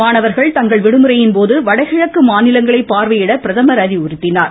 மாணவர்கள் தங்கள் விடுமுறையின் போது வடகிழக்கு மாநிலங்களை பார்வையிட பிரதமர் அறிவுறுத்தியுள்ளார்